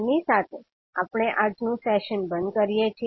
આની સાથે આપણે આપણું આજનું સેશન બંધ કરી શકીએ છીએ